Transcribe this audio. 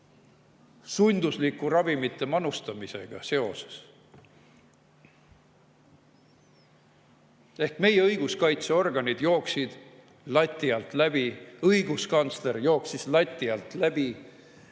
sundusliku ravimite manustamisega seoses. Meie õiguskaitseorganid jooksid lati alt läbi, õiguskantsler jooksis lati alt läbi